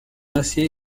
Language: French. acier